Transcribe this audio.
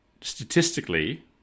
statistically